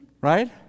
Right